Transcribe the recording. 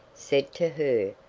said to her,